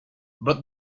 but